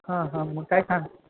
हां हां मग काय सांग